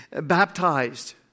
baptized